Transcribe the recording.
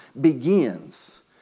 begins